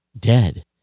dead